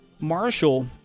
Marshall